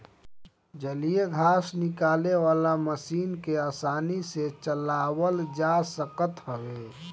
जलीय घास निकाले वाला मशीन के आसानी से चलावल जा सकत हवे